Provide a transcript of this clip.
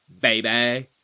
baby